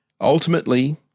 Ultimately